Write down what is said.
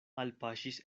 alpaŝis